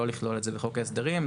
לא לכלול את זה בחוק ההסדרים.